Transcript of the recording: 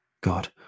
God